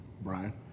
Brian